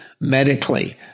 medically